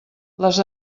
les